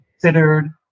considered